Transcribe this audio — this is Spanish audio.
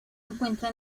encuentra